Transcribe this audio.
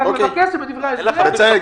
אני רק מבקש שבדברי ההסבר -- בצלאל,